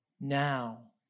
now